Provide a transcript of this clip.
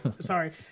sorry